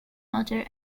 mother